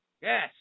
Yes